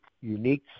unique